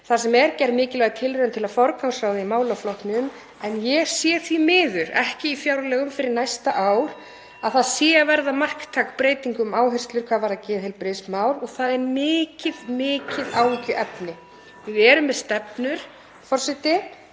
þar sem gerð er mikilvæg tilraun til að forgangsraða í málaflokknum. En ég sé því miður ekki í fjárlögum fyrir næsta ár að það sé að verða marktæk breyting á áherslum hvað varðar geðheilbrigðismál og það er mikið áhyggjuefni. Við erum með stefnu, forseti,